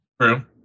True